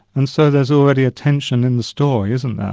and so there's already a tension in the story, isn't there?